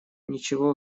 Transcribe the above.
ничего